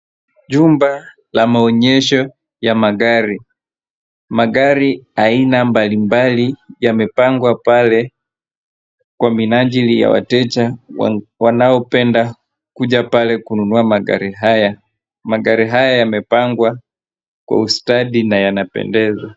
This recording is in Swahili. Jumba la maonyesho ya magari, magari aina mbalimbali yamepangwa pale kwa minajili ya wateja wanaopenda kuja pale kununua magari haya. Magari haya yamepangwa kwa ustadi na yanapendeza.